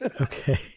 Okay